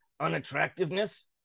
unattractiveness